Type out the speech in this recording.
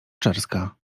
czerska